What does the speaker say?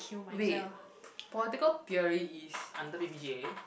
wait political theory is under p_p_g_a